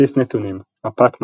בסיס נתונים - "מפת מסה"